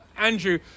Andrew